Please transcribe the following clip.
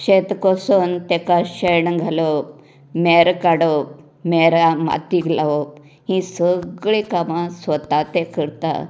शेत कसून तेका शेण घालप मेर काडप मेरा माती लावप ही सगळीं कामां स्वता ते करता